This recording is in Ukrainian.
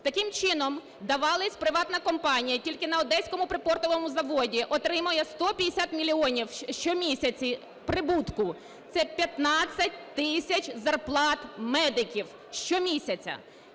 Таким чином, давалец приватна компанія тільки на "Одеському припортовому заводі" отримує 150 мільйонів щомісяця прибутку. Це 15 тисяч зарплат медиків щомісяця.